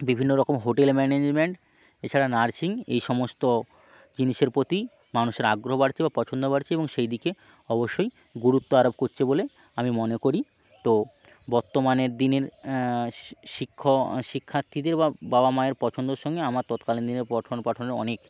বিভিন্ন রকম hotel management এছাড়া নার্সিং এই সমস্ত জিনিসের প্রতি মানুষের আগ্রহ বাড়ছে বা পছন্দ বাড়ছে এবং সেই দিকে অবশ্যই গুরুত্ব আরোপ করছে বলে আমি মনে করি তো বর্তমানের দিনের শি শিক্ষো শিক্ষার্থীদের বা বাবা মায়ের পছন্দর সঙ্গে আমার তৎকালীন দিনের পঠন পাঠনের অনেক